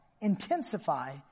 intensify